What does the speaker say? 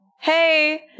Hey